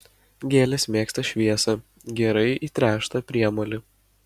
gėlės mėgsta šviesią gerai įtręštą priemolį